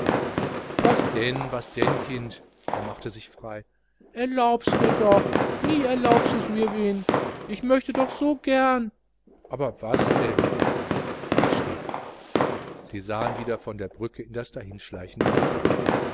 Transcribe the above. was denn was denn kind er machte sich frei erlaubs mir doch nie nich erlaubsu mir wen ich möcht doch soo gern aber was denn sie schwieg sie sahen wieder von der brücke in das dahinschleichende wasser